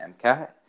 MCAT